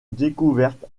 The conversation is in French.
découverte